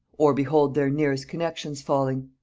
or behold their nearest connexions falling,